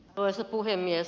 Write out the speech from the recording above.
arvoisa puhemies